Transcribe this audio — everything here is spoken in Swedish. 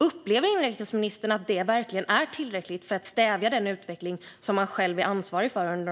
Upplever inrikesministern att det verkligen är tillräckligt för att stävja de senaste årens utveckling, som han själv är ansvarig för?